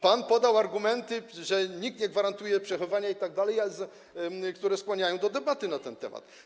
Pan podał argumenty, że nikt nie gwarantuje przechowywania itd., które skłaniają do debaty na ten temat.